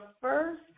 first